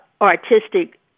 artistic